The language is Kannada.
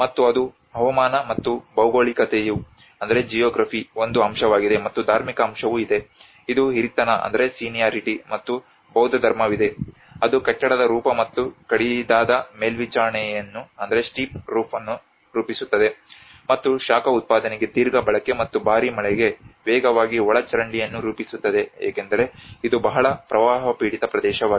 ಮತ್ತು ಅದು ಹವಾಮಾನ ಮತ್ತು ಭೌಗೋಳಿಕತೆಯು ಒಂದು ಅಂಶವಾಗಿದೆ ಮತ್ತು ಧಾರ್ಮಿಕ ಅಂಶವೂ ಇದೆ ಇದು ಹಿರಿತನ ಮತ್ತು ಬೌದ್ಧಧರ್ಮವಿದೆ ಅದು ಕಟ್ಟಡದ ರೂಪ ಮತ್ತು ಕಡಿದಾದ ಮೇಲ್ಛಾವಣಿಯನ್ನು ರೂಪಿಸುತ್ತದೆ ಮತ್ತು ಶಾಖ ಉತ್ಪಾದನೆಗೆ ದೀರ್ಘ ಬಳಕೆ ಮತ್ತು ಭಾರೀ ಮಳೆಗೆ ವೇಗವಾಗಿ ಒಳಚರಂಡಿಯನ್ನು ರೂಪಿಸುತ್ತದೆ ಏಕೆಂದರೆ ಇದು ಬಹಳ ಪ್ರವಾಹ ಪೀಡಿತ ಪ್ರದೇಶವಾಗಿದೆ